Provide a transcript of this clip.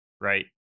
right